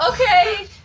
Okay